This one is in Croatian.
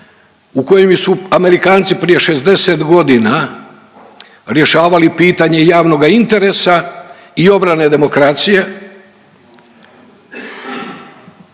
u kojem su Amerikanci prije 60 godina rješavali pitanje javnoga interesa i obrane demokracije